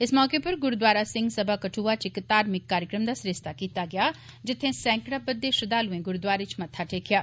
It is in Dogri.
इस मौके उप्पर गुरूद्वारा सिंह सभा कठुआ च इक घार्मिक कार्यक्रम दा सरिस्ता कीता गेआ जित्थै सैंकड़ा बद्दे श्रद्वालुएं गुरूद्वारे च मत्था टेकेआ